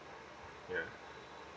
yeah